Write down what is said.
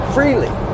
Freely